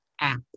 app